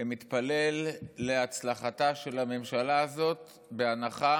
מתפלל להצלחתה של הממשלה הזאת, בהנחה